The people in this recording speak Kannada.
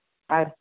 ಆರ್